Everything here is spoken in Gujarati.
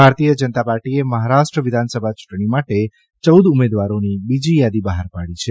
ભારતીય જનતા પાર્ટીએ મહારાષ્ટ્ર વિધાનસભા યૂંટણી માટે ચૌદ ઉમેદવારોની બીજી યાદી બહાર પાડી છે